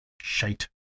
Shite